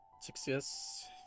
Success